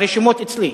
הרשימות אצלי,